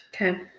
Okay